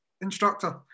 instructor